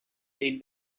date